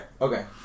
Okay